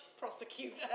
prosecutor